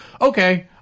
okay